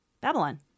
Babylon